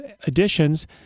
additions